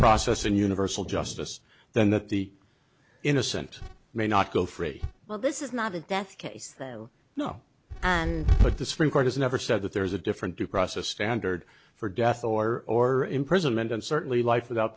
process and universal justice then that the innocent may not go free well this is not a death case though no but the supreme court has never said that there is a different due process standard for death or imprisonment and certainly life without